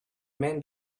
men